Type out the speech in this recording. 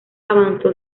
avanzó